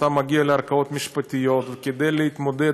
אתה מגיע לערכאות משפטיות וכדי להתמודד